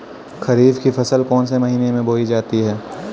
खरीफ की फसल कौन से महीने में बोई जाती है?